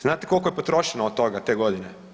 Znate koliko je potrošeno od toga te godine?